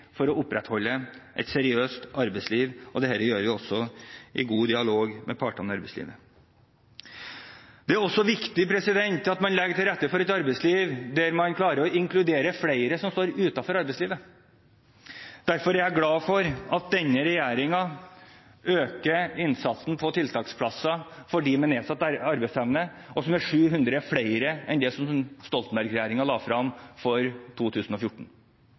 for å opprettholde et seriøst arbeidsliv, og dette gjør vi også i god dialog med partene i arbeidslivet. Det er også viktig at man legger til rette for et arbeidsliv der man klarer å inkludere flere som står utenfor arbeidslivet. Derfor er jeg glad for at denne regjeringen øker innsatsen når det gjelder tiltaksplasser for dem med nedsatt arbeidsevne, med 700 flere enn det Stoltenberg-regjeringen la frem for 2014.